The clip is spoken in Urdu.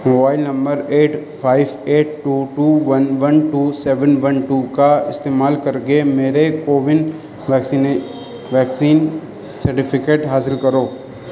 mobile number eight five eight two two one one two seven one two کا استعمال کر کے میرے کوون ویکسینے ویکسین سرٹیفکیٹ حاصل کرو